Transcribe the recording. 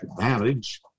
advantage